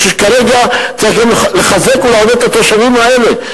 כרגע צריך גם לחזק ולעודד את התושבים האלה.